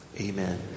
amen